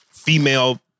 female